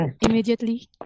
immediately